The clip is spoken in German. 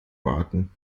warten